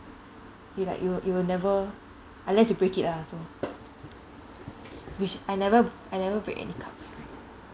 you like you will you will never unless you break it lah so which I never I never break any cups